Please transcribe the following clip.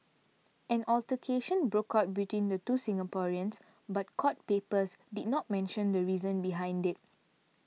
an altercation broke out between the two Singaporeans but court papers did not mention the reason behind it